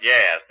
Yes